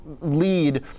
lead